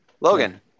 Logan